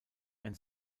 ein